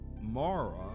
Mara